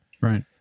Right